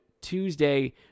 Tuesday